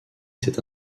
cet